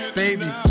baby